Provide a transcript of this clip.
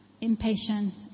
impatience